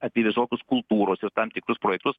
apie visokius kultūros ir tam tikrus projektus